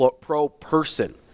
pro-person